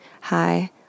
Hi